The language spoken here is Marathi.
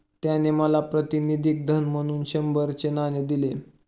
त्याने मला प्रातिनिधिक धन म्हणून शंभराचे नाणे दिले